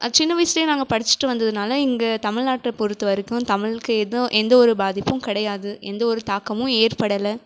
சின்ன வயசுலேயே நாங்கள் படிச்சுட்டு வந்ததுனால் இங்கே தமிழ்நாட்டை பொறுத்தவரைக்கும் தமிழுக்கு எதுவும் எந்த ஒரு பாதிப்பும் கிடையாது எந்த ஒரு தாக்கமும் ஏற்படலை